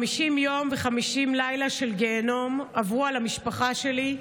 50 יום ו-50 לילה של גיהינום עברו על המשפחה שלי,